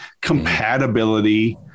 compatibility